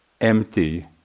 empty